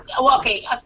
okay